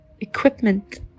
equipment